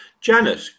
Janet